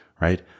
right